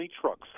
trucks